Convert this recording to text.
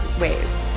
ways